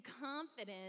confidence